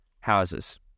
houses